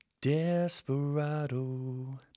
Desperado